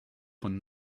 von